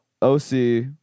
OC